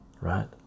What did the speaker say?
right